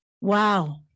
Wow